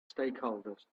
stakeholders